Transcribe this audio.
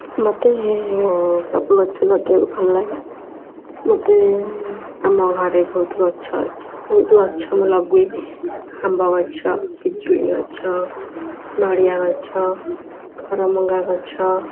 ମୋତେ ସବୁ ଗଛ ଲଗାଇଆକୁ ଭଲ ଲାଗେ ମୋତେ ଆମ ଘରେ ବହୁତ ଗଛ ଅଛି ବହୁତ ଗଛ ମୁଁ ଲଗାଏ ଆମ୍ବ ଗଛ ପିଜୁଳି ଗଛ ନଡ଼ିଆ ଗଛ କରମଙ୍ଗା ଗଛ